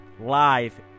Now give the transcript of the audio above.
live